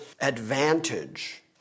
advantage